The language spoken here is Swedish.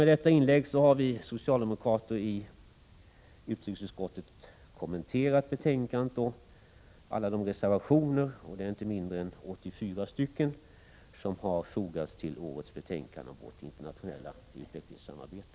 Med detta inlägg har vi socialdemokrater i utrikesutskottet kommenterat betänkandet och alla de reservationer — och det är inte mindre än 84 stycken — som har fogats till årets betänkande om vårt lands internationella utvecklingssamarbete.